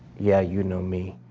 yeah, you know me.